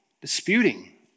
disputing